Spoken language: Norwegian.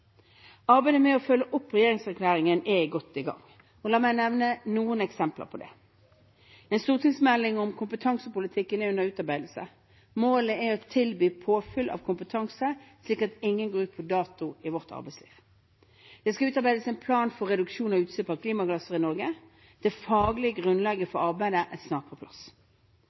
Arbeidet med å følge opp regjeringserklæringen er godt i gang, og la meg nevne noen eksempler på det: En stortingsmelding om kompetansepolitikken er under utarbeidelse. Målet er å tilby påfyll av kompetanse, slik at ingen går ut på dato i vårt arbeidsliv. Det skal utarbeides en plan for reduksjon av utslipp av klimagasser i Norge. Det faglige grunnlaget for arbeidet er snart på plass.